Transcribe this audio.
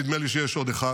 נדמה לי שיש עוד אחד.